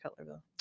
Cutlerville